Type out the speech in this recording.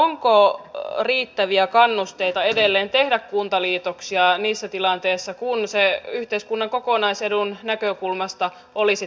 onko riittäviä kannusteita edelleen tehdä kuntaliitoksia niissä tilanteissa kun se yhteiskunnan kokonaisedun näkökulmasta olisi tarpeellista